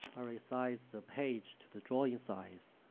resize the page to the drawing size